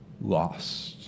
lost